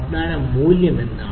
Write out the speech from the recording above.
വാഗ്ദാന മൂല്യം എന്താണ്